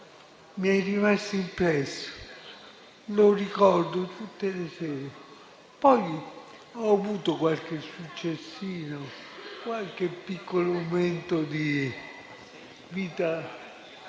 mi è rimasto impresso, lo ricordo tutte le sere. Poi ho avuto qualche piccolo successo e qualche piccolo momento di vita